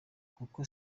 kuko